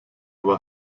war